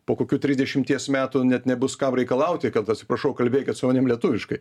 po kokių trisdešimties metų net nebus kam reikalauti kad atsiprašau kalbėkit su manim lietuviškai